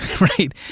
right